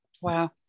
Wow